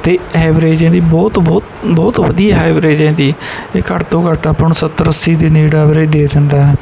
ਅਤੇ ਐਵਰੇਜ ਇਹਦੀ ਬਹੁਤ ਬਹੁਤ ਬਹੁਤ ਵਧੀਆ ਹੈ ਐਵਰੇਜ ਇਹਦੀ ਇਹ ਘੱਟ ਤੋਂ ਘੱਟ ਆਪਾਂ ਨੂੰ ਸੱਤਰ ਅੱਸੀ ਦੇ ਨੇੜੇ ਐਵਰੇਜ ਦੇ ਦਿੰਦਾ ਹੈ